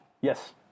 Yes